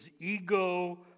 ego